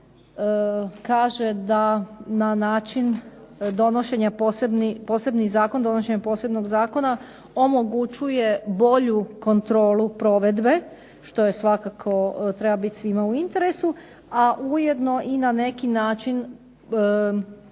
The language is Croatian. posebni zakon, donošenjem posebnog zakona omogućuje bolju kontrolu provedbe što je svakako treba biti svima u interesu, a ujedno i na neki način